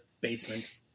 basement